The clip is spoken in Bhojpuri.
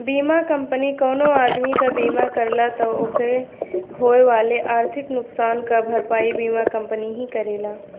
बीमा कंपनी कउनो आदमी क बीमा करला त ओके होए वाले आर्थिक नुकसान क भरपाई बीमा कंपनी ही करेला